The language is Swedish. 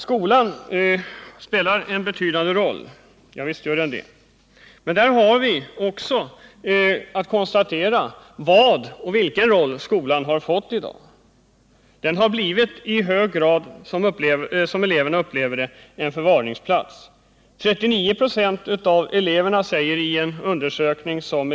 Skolan spelar en betydande roll, sade arbetsmarknadsministern. Javisst gör den det. Men som eleverna upplever det har skolan i hög grad blivit en förvaringsplats. Elevförbundet har gjort en undersökning bland elever i gymnasieskolan.